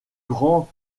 grand